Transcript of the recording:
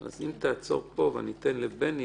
אז אם תעצור פה ואתן לבני,